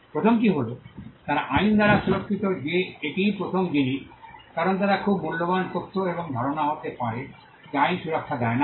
প্রথমটি হল তারা আইন দ্বারা সুরক্ষিত যে এটিই প্রথম জিনিস কারণ তারা খুব মূল্যবান তথ্য এবং ধারণা হতে পারে যা আইন সুরক্ষা দেয় না